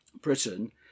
Britain